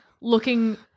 looking